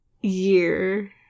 year